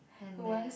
and then